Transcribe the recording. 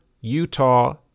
Utah